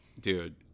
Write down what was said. Dude